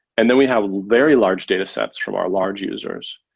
and then we have very large datasets from our large users.